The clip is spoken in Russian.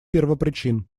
первопричин